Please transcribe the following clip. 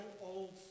old